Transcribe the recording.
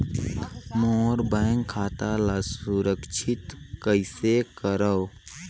मोर bank खाता ला सुरक्षित कइसे रखव?